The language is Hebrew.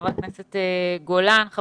חבר הכנסת שחאדה.